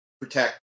protect